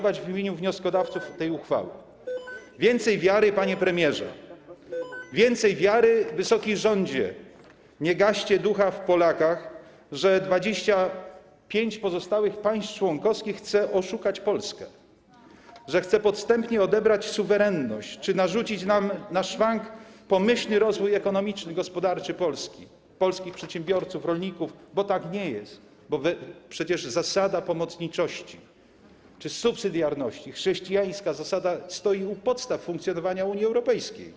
W imieniu wnioskodawców tej uchwały chciałbym zaapelować: więcej wiary, panie premierze, więcej wiary, wysoki rządzie, nie gaście ducha w Polakach, nie mówcie, że 25 pozostałych państw członkowskich chce oszukać Polskę, chce podstępnie odebrać nam suwerenność czy narazić na szwank pomyślny rozwój ekonomiczny i gospodarczy Polski, polskich przedsiębiorców, rolników, bo tak nie jest, bo przecież zasada pomocniczości czy subsydiarności, chrześcijańska zasada stoi u podstaw funkcjonowania Unii Europejskiej.